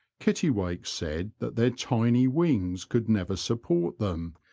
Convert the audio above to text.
kittiwake said that their tiny wings could never support them,